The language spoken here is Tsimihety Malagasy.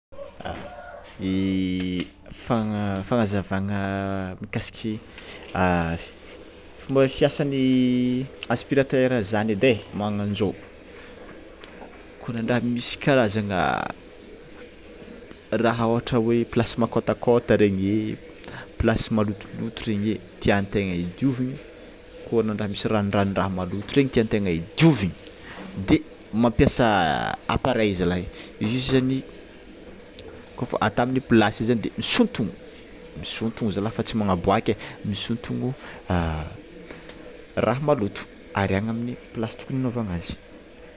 Fagna- fagnazavagna mikasiky fomba fiasan'ny aspirateur zany edy e magnanzô, ko nandraha misy karazagna raha ôhatra hoe plasy makôtakôta regny plasy malotoloto regny tiantegna ho diovina kô nandraha misy ranondranoraha maloto regny tiantegna hodiovigna de mampiasa appareil zala e izy io zany kôfa ata amin'ny plasy io zany de sontominy misôtogna zala fa ty mangnaboaka e misontono raha maloto ariagna amy place tokony hanaovagna azy.